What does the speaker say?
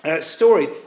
story